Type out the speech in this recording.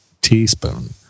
teaspoon